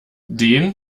den